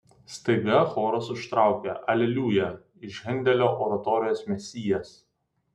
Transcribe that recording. staiga choras užtraukė aleliuja iš hendelio oratorijos mesijas